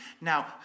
Now